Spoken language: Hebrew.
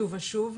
שוב ושוב.